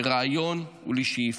לרעיון ולשאיפה.